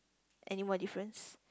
any more difference